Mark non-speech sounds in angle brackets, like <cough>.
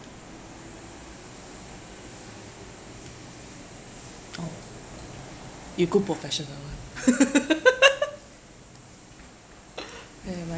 oh we go professional [one] <laughs> !aiaya! my